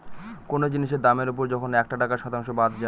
কোনো জিনিসের দামের ওপর যখন একটা টাকার শতাংশ বাদ যায়